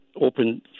open